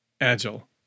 agile